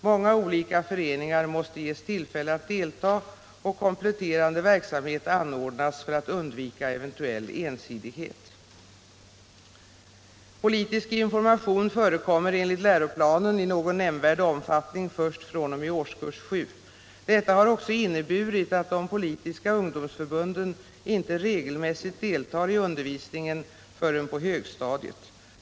Många olika föreningar måste ges tillfälle att delta och kompletterande verksamhet anordnas för att undvika eventuell ensidighet. Politisk information förekommer enligt läroplanen i någon nämnvärd omfattning först fr.o.m. årskurs 7. Detta har också inneburit att de politiska ungdomsförbunden inte regelmässigt deltar i undervisningen förrän på högstadiet.